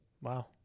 Wow